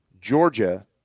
Georgia